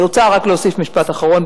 אני רוצה רק להוסיף משפט אחרון,